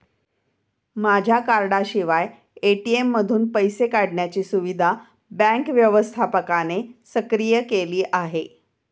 माझ्या कार्डाशिवाय ए.टी.एम मधून पैसे काढण्याची सुविधा बँक व्यवस्थापकाने सक्रिय केली आहे